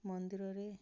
ମନ୍ଦିରରେ